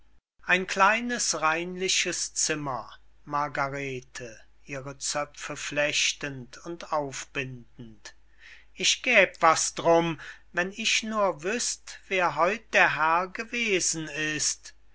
ein kleines reinliches zimmer margarete ihre zöpfe flechtend und aufbindend ich gäb was drum wenn ich nur wüßt wer heut der herr gewesen ist